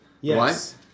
Yes